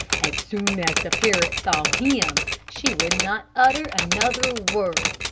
as soon as the parrot saw him, she would not utter another word.